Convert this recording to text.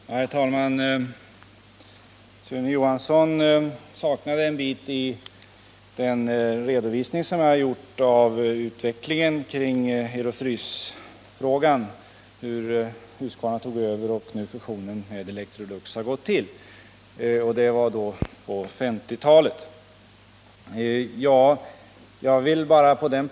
Fredagen den Herr fälmar Sune Johansson saknade en bit i den redovisning jag har gjort 24 november 1978 2Y utvecklingen i Ero-Frysfrågan om hur Husqvarna tog över och hur nu fusionen med Electrolux har gått till. Det gäller vad som hände tidigare, på 1950-talet.